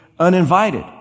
uninvited